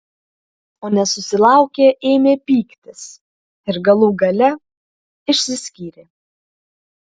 o nesusilaukę ėmė pyktis ir galų gale išsiskyrė